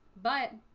but